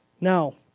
Now